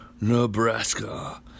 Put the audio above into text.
Nebraska